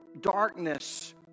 darkness